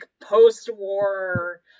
post-war